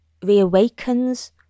reawakens